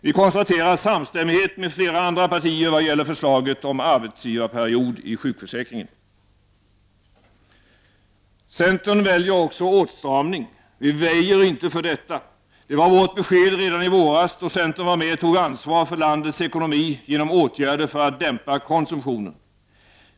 Vi konstaterar samstämmighet med flera andra partier i vad gäller förslaget om arbetsgivarperiod i sjukförsäkringen. Centern väljer också åtstramning. Vi väjer inte för detta. Det var vårt besked redan i våras, då centern var med och tog ansvar för landets ekonomi genom åtgärder för att dämpa konsumtionen.